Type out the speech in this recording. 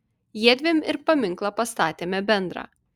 jiedviem ir paminklą pastatėme bendrą